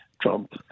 Trump